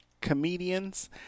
comedians